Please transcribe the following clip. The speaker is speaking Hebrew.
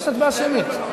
יש הצבעה שמית.